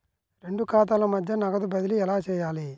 రెండు ఖాతాల మధ్య నగదు బదిలీ ఎలా చేయాలి?